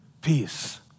peace